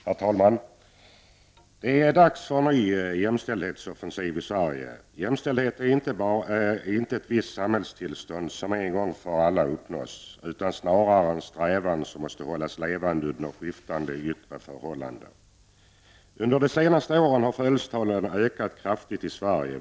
Herr talman! Det är dags för en ny jämställdhetsoffensiv i Sverige. Jämställdhet är inte ett visst samhällstillstånd som en gång för alla kan uppnås, utan snarare en strävan som måste hållas levande under yttre skiftande förhållanden. Under de senaste åren har födelsetalen ökat kraftigt i Sverige.